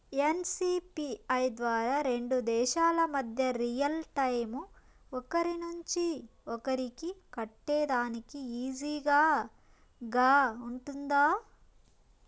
NCPI ద్వారా రెండు దేశాల మధ్య రియల్ టైము ఒకరి నుంచి ఒకరికి కట్టేదానికి ఈజీగా గా ఉంటుందా?